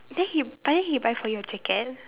then he but then he buy for you a jacket